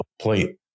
plate